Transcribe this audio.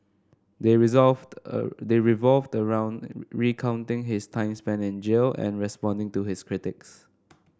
they they revolve around recounting his time spent in jail and responding to his critics